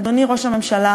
אדוני ראש הממשלה,